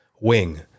wing